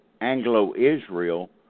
Anglo-Israel